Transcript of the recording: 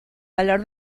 valor